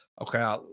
okay